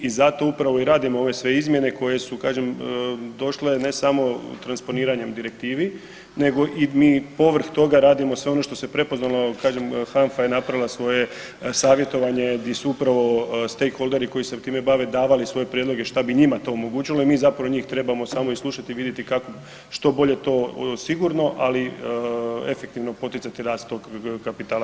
I zato upravo i radimo ove sve izmjene koje su kažem došle ne samo transponiranjem direktivi nego i mi povrh toga radimo sve ono što se prepoznalo, a kažem HANFA je napravila svoje savjetovanje gdje su upravo stakeholderi koji se time bave davali svoje prijedloge šta bi njima to omogućilo i mi zapravo njih trebamo samo i slušati i vidjeti kako što bolje to sigurno, ali efektivno poticati rast tog kapitala.